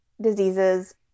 diseases